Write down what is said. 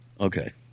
Okay